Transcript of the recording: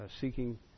seeking